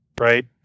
right